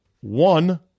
One